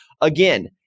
again